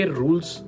rules